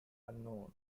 unknown